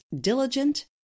diligent